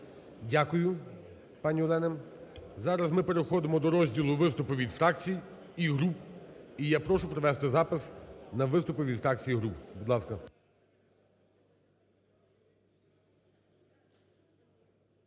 Дякую, пане Олена. Зараз ми переходимо до розділу "Виступи від фракцій і груп". І я прошу провести запис на виступи від фракцій і груп, будь ласка.